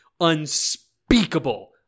unspeakable